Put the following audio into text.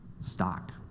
stock